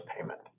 payment